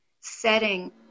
setting